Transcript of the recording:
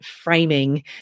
framing